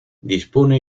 dispone